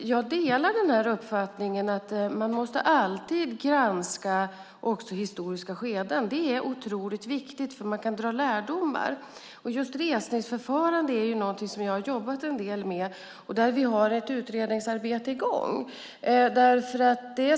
Jag delar uppfattningen att man alltid måste granska också historiska skeden. Det är otroligt viktigt, för man kan dra lärdomar. Just resningsförfarande är något som jag har jobbat en del med och där det pågår ett utredningsarbete.